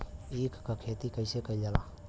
ईख क खेती कइसे कइल जाला?